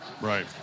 right